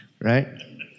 right